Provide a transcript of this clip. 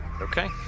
Okay